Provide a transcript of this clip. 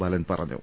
ബാലൻ പറഞ്ഞു